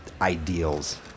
ideals